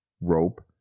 rope